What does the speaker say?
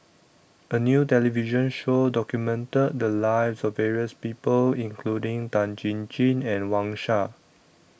A New television Show documented The Lives of various People including Tan Chin Chin and Wang Sha